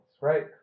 right